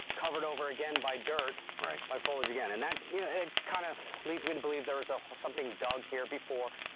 covered over again by dirt. right. by foliage again. and that yeah and kind of leads me to believe there was ah something dug here before.